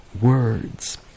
words